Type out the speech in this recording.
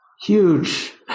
huge